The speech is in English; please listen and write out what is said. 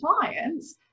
clients